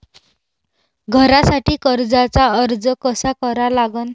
घरासाठी कर्जाचा अर्ज कसा करा लागन?